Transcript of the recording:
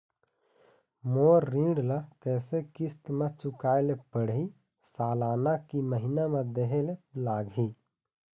मोर ऋण ला कैसे किस्त म चुकाए ले पढ़िही, सालाना की महीना मा देहे ले लागही?